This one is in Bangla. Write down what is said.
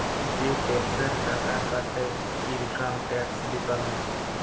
যে টেকসের টাকা কাটে ইলকাম টেকস ডিপার্টমেল্ট